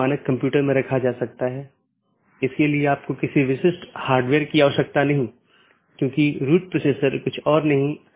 अंत में ऐसा करने के लिए आप देखते हैं कि यह केवल बाहरी नहीं है तो यह एक बार जब यह प्रवेश करता है तो यह नेटवर्क के साथ घूमता है और कुछ अन्य राउटरों पर जाता है